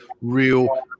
real